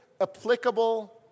applicable